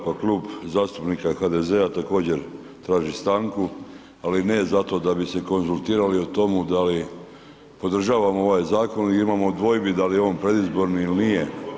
Pa Klub zastupnika HDZ-a također traži stanku, ali ne zato da bi se konzultirali o tomu da li podržavamo ovaj zakon i imamo dvojbi da li je on predizborni ili nije.